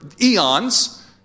eons